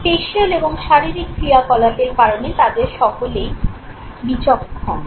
facial এবং শারীরিক ক্রিয়াকলাপের কারণে তাদের সকলেই বিচক্ষণ